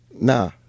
Nah